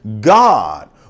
God